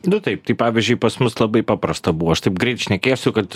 nu taip tai pavyzdžiui pas mus labai paprasta buvo aš taip greit šnekėsiu kad